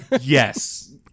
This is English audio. Yes